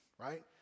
right